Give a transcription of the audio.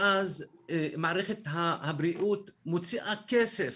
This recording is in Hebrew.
ואז מערכת הבריאות מוציאה כסף,